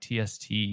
tst